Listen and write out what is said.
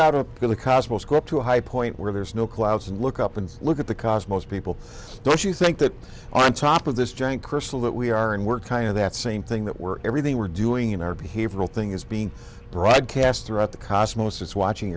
cost up to a high point where there's no clouds and look up and look at the cosmos people don't you think that on top of this giant crystal that we are and we're kind of that same thing that we're everything we're doing in our behavioral thing is being broadcast throughout the cosmos is watching